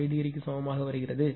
012318∠5 ° க்கு சமமாக வருகிறது